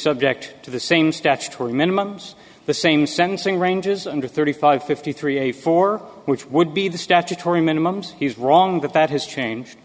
subject to the same statutory minimum the same sentencing ranges under thirty five fifty three a four which would be the statutory minimum and he's wrong that that has changed